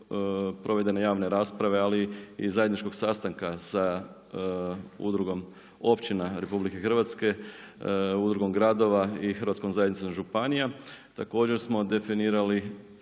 provedene javne rasprave ali i zajedničkog sastanka sa Udrugom općina RH, Udrugom gradova i Hrvatskom zajednicom županija također smo definirali što